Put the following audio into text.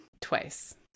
Twice